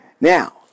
Now